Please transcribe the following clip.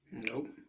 nope